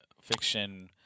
fiction